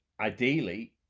ideally